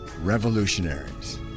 Revolutionaries